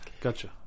Gotcha